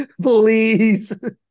please